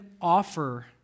offer